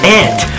ant